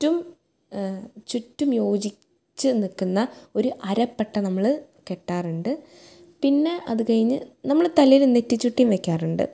റ്റും ചുറ്റും യോജിച്ച് നിൽക്കുന്ന ഒരപ്പട്ട നമ്മൾ കെട്ടാറുണ്ട് പിന്നെ അത് കഴിഞ്ഞ് നമ്മൾ തലേല് നെറ്റിച്ചു ട്ടീം വെയ്ക്കാറുണ്ട്